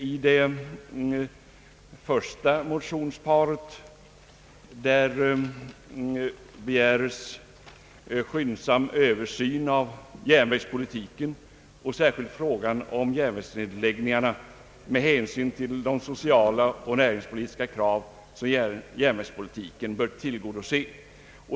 I det första motionsparet begäres skyndsam Översyn av järnvägspolitiken och särskilt frågan om järnvägsnedläggningarna med hänsyn till de sociala och näringspolitiska krav som järnvägspolitiken bör tillgodose.